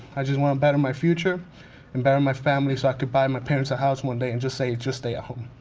i just wanna better my future and better my family so i can buy my parents a house one day and just say, just stay at home.